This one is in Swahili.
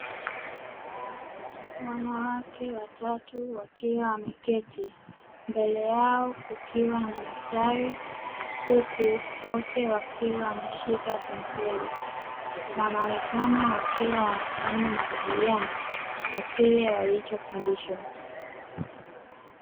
Wanawake watatu wakiwa wameketi, mbele yao kukiwa na madaftari huku wote wakiwa wameshika penseli, wanaonekana wakiwa wanafanya majadiliano ya kile walichofundishwa.